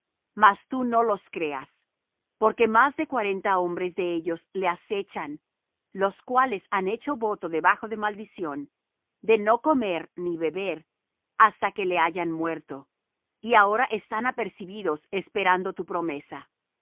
mas tú no los creas porque más de cuarenta hombres de ellos le acechan los cuales han hecho voto debajo de maldición de no comer ni beber hasta que le hayan muerto y ahora están apercibidos esperando tu promesa